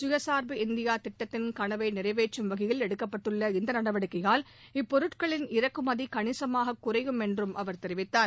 சுயசா்பு இந்தியா திட்டத்தின் கனவை நிறைவேற்றும் வகையில் எடுக்கப்பட்டுள்ள இந்த நடவடிக்கையால் இப்பொருட்களின் இறக்குமதி கணிசமாக குறையும் என்றும் அவர் தெரிவித்தார்